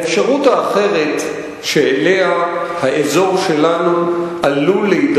מבחינה מקצועית, כיחס בין מחיר